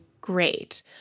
great